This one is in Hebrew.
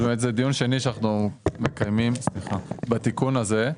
זה דיון שני שאנחנו מקיימים בתיקון הזה.